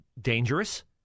dangerous